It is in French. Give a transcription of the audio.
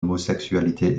homosexualité